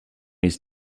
his